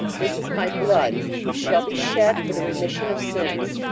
this is my blood which shall be shed for the remission of sins.